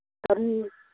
ꯀꯔꯤ